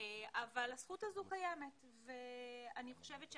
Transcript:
בכתבה